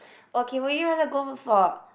okay would you rather go for